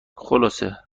خلاصه